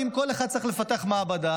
אם כל אחד צריך לפתח מעבדה,